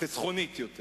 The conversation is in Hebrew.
חסכונית יותר.